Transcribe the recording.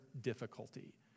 difficulty